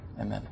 amen